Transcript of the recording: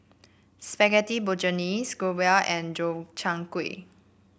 Spaghetti Bolognese Gyros and Gobchang Gui